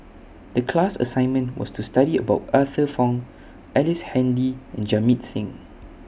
The class assignment was to study about Arthur Fong Ellice Handy and Jamit Singh